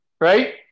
right